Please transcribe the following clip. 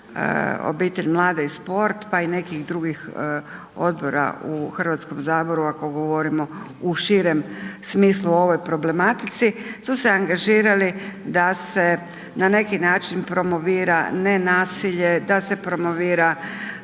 obitelj, mlade i sport pa i nekih drugih odbora u HS-u, ako govorimo u širem smislu u ovoj problematici su se angažirali da se na neki način promovira nenasilje, da se promovira